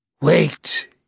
Wait